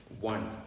One